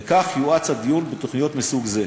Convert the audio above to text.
וכך יואץ הדיון בתוכניות מסוג זה.